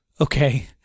okay